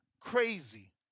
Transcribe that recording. crazy